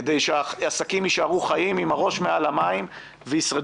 כדי שהעסקים יישארו חיים עם הראש מעל המים וישרדו.